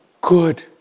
good